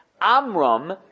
Amram